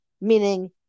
meaning